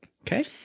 Okay